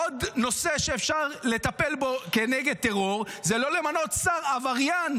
עוד נושא שאפשר לטפל בו כנגד טרור זה לא למנות שר עבריין,